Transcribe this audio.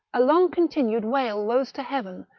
a long-continued wail rose to heaven,